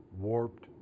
warped